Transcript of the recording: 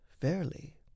fairly